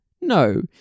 no